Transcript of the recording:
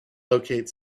locate